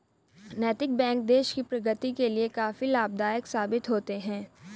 नैतिक बैंक देश की प्रगति के लिए काफी लाभदायक साबित होते हैं